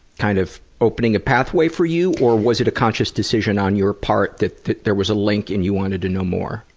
kind of opening a pathway for you, or was it a conscious decision on your part that there was a link and you wanted to know more?